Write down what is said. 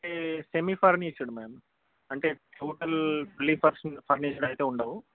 అంటే semi furnished ma'am అంటే total full furniture అయితే ఉండవు